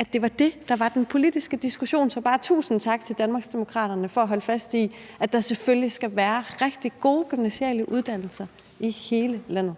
Så jeg vil bare sige tusind tak til Danmarksdemokraterne for at holde fast i, at der selvfølgelig skal være rigtig gode gymnasiale uddannelser i hele landet.